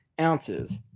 ounces